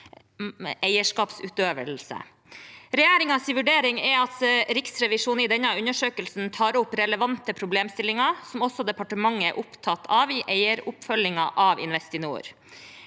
eierskapsutøvelse. Regjeringens vurdering er at Riksrevisjonen i denne undersøkelsen tar opp relevante problemstillinger som også departementet er opptatt av i eieroppfølgingen av Investinor.